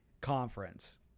conference